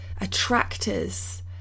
attractors